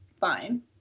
fine